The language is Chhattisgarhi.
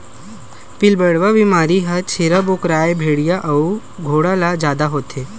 पिलबढ़वा बेमारी ह छेरी बोकराए भेड़िया अउ घोड़ा ल जादा होथे